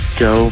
go